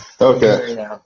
Okay